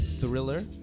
Thriller